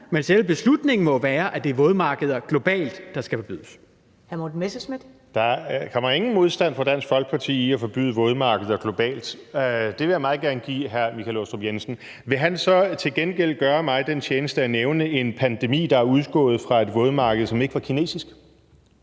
Messerschmidt. Kl. 16:33 Morten Messerschmidt (DF): Der kommer ingen modstand fra Dansk Folkeparti mod at forbyde vådmarkeder globalt. Det vil jeg meget gerne give hr. Michael Aastrup Jensen. Vil han så til gengæld gøre mig den tjeneste at nævne en pandemi, der er udgået fra et vådmarked, som ikke var kinesisk?